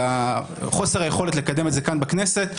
של חוסר היכולת לקדם את זה כאן בכנסת,